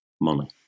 money